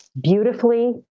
beautifully